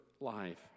life